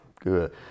Good